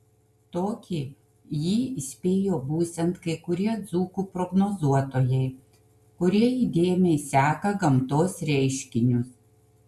tokį jį įspėjo būsiant kai kurie dzūkų prognozuotojai kurie įdėmiai seka gamtos reiškinius